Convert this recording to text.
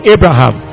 Abraham